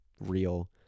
real